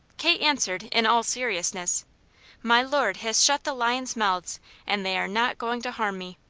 kate answered in all seriousness my lord has shut the lions mouths and they are not going to harm me.